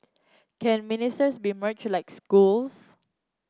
can ministers be merged like schools